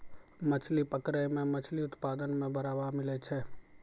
मछली पकड़ै मे मछली उत्पादन मे बड़ावा मिलै छै